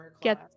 get